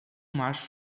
macho